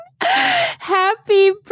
Happy